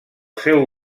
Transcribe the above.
seu